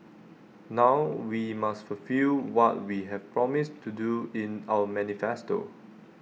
now we must fulfil what we have promised to do in our manifesto